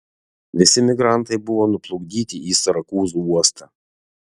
visi migrantai buvo nuplukdyti į sirakūzų uostą